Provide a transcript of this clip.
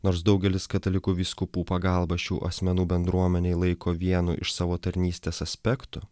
nors daugelis katalikų vyskupų pagalba šių asmenų bendruomenei laiko vienu iš savo tarnystės aspektų